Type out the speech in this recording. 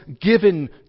given